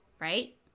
right